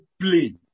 play